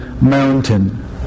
mountain